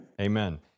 Amen